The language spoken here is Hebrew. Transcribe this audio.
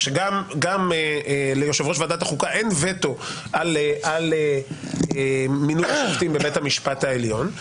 שגם ליושב-ראש ועדת החוקה אין וטו על מינוי שופטים בבית המשפט העליון.